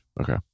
Okay